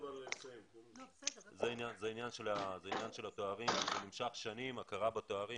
עניין ההכרה בתארים